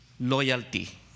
Loyalty